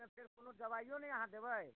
एहिमे फेर कोनो दबाइयो नहि अहाँ देबै